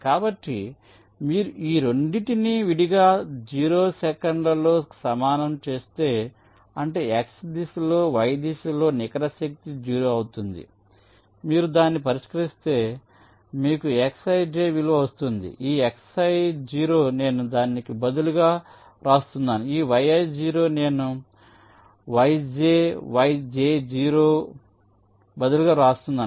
కాబట్టి మీరు ఈ రెండింటిని విడిగా 0 సెకన్లతో సమానం చేస్తే అంటే x దిశలో y దిశలో నికర శక్తి 0 అవుతుంది మీరు దాన్ని పరిష్కరిస్తే మీకు xij విలువ వస్తుంది ఈ xi0 నేను దానికి బదులుగా వ్రాస్తున్నాను ఈ yi0 నేను yj yj0 బదులుగా వ్రాస్తున్నాను